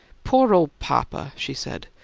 poor old papa! she said.